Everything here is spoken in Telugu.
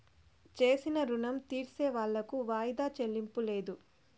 చేసిన రుణం తీర్సేవాళ్లకు వాయిదా చెల్లింపు లేదు